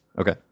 okay